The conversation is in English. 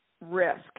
risk